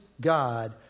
God